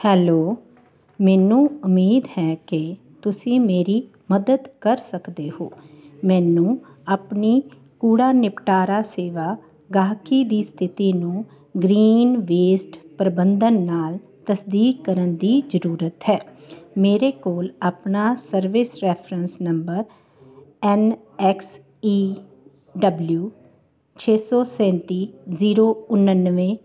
hello ਮੈਨੂੰ ਉਮੀਦ ਹੈ ਕਿ ਤੁਸੀਂ ਮੇਰੀ ਮਦਦ ਕਰ ਸਕਦੇ ਹੋ ਮੈਨੂੰ ਆਪਣੀ ਕੂੜਾ ਨਿਪਟਾਰਾ ਸੇਵਾ ਗਾਹਕੀ ਦੀ ਸਥਿਤੀ ਨੂੰ ਗ੍ਰੀਨ ਵੇਸਟ ਪ੍ਰਬੰਧਨ ਨਾਲ ਤਸਦੀਕ ਕਰਨ ਦੀ ਜ਼ਰੂਰਤ ਹੈ ਮੇਰੇ ਕੋਲ ਆਪਣਾ service reference number N X E W ਛੇ ਸੌ ਸੈਂਤੀ ਜ਼ੀਰੋ ਉਣਾਨਵੇਂ